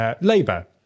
Labour